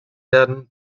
werden